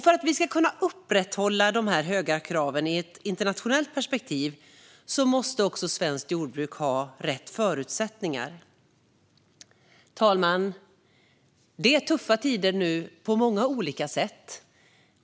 För att vi ska kunna upprätthålla dessa höga krav i ett internationellt perspektiv måste svenskt jordbruk också ha rätt förutsättningar. Fru talman! Det är tuffa tider nu på många olika sätt.